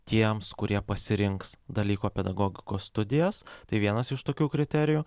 tiems kurie pasirinks dalyko pedagogikos studijas tai vienas iš tokių kriterijų